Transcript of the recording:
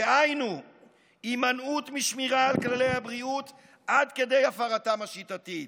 דהיינו הימנעות משמירה על כללי הבריאות עד כדי הפרתם השיטתית.